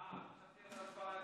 אה, חשבתי,